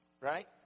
right